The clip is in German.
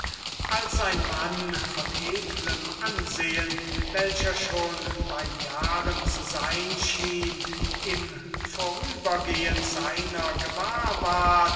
als ein mann von edelm ansehen welcher schon bei jahren zu sein schien im vorübergehn seiner gewahr ward